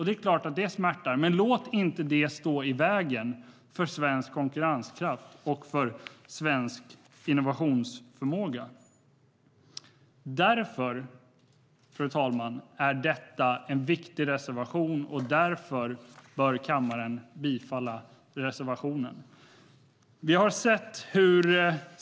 Det är klart att det smärtar, men låt inte det stå i vägen för svensk konkurrenskraft och svensk innovationsförmåga. Därför, fru talman, är detta en viktig reservation, och därför bör kammaren bifalla reservationen.